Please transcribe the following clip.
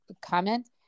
comment